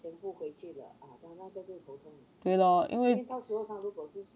对 lor 因为